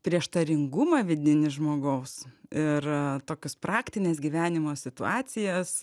prieštaringumą vidinį žmogaus ir tokius praktines gyvenimo situacijas